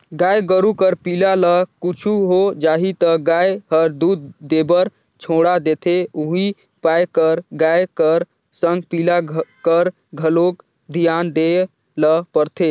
गाय गोरु कर पिला ल कुछु हो जाही त गाय हर दूद देबर छोड़ा देथे उहीं पाय कर गाय कर संग पिला कर घलोक धियान देय ल परथे